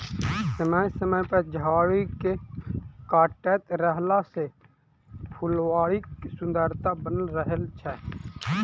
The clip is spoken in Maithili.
समय समय पर झाड़ी के काटैत रहला सॅ फूलबाड़ीक सुन्दरता बनल रहैत छै